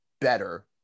better